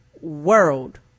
world